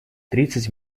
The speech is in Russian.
тридцать